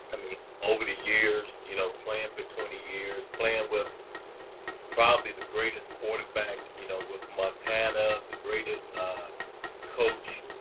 i mean, over the years, you know playing for twenty years, playing with probably the greatest quarterback you know with montana, the greatest coach,